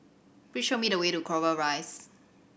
please show me the way to Clover Rise